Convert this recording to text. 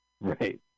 Right